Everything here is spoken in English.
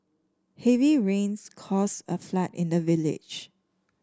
heavy rains caused a flood in the village